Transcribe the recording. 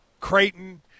Creighton